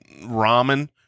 ramen